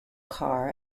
car